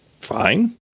fine